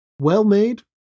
well-made